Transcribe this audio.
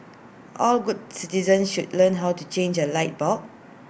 all good citizens should learn how to change A light bulb